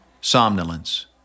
somnolence